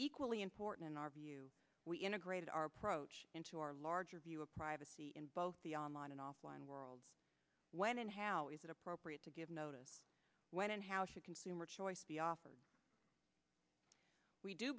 equally important in our view we integrated our approach into our larger view of privacy in both the online and offline world when and how is it appropriate to give notice when and how should consumer choice be offered we do